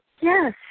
Yes